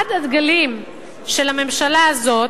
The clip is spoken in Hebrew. אחד הדגלים של הממשלה הזאת,